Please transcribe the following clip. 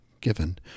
given